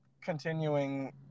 continuing